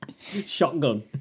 Shotgun